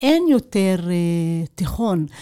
אין יותר תיכון.